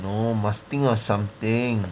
no must think of something